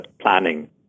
planning